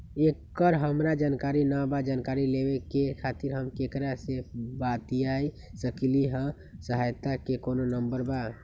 एकर हमरा जानकारी न बा जानकारी लेवे के खातिर हम केकरा से बातिया सकली ह सहायता के कोनो नंबर बा?